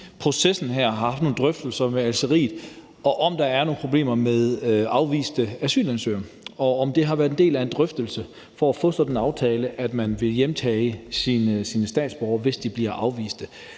processen her har haft nogle drøftelser med Algeriet, om der er nogle problemer med afviste asylansøgere, og om det har været en del af en drøftelse for at få sådan en aftale, at man ville hjemtage sine statsborgere, hvis de bliver afvist.